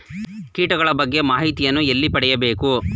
ಕೀಟಗಳ ಬಗ್ಗೆ ಮಾಹಿತಿಯನ್ನು ಎಲ್ಲಿ ಪಡೆಯಬೇಕು?